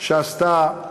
שעשתה,